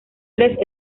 tres